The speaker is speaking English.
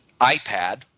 iPad